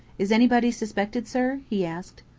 is anybody suspected, sir? he asked.